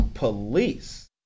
police